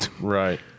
Right